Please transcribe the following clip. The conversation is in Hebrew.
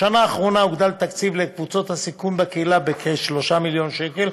בשנה האחרונה הוגדל התקציב לקבוצות הסיכון בקהילה בכ-3 מיליון שקל,